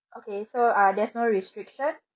okay so uh there's no restriction